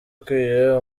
ukwiye